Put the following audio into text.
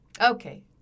Okay